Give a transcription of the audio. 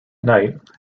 night